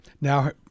Now